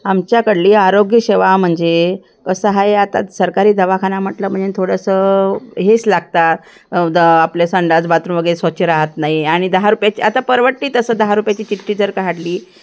आमच्याकडली आरोग्यसेवा म्हणजे असं आहे आता सरकारी दवाखाना म्हटलं म्हणजे थोडंसं हेच लागतं द आपले संडास बाथरूम वगैरे स्वच्छ रहात नाही आणि दहा रुपयाची आता परवडते तसं दहा रुपयाची चिठ्ठी जर काढली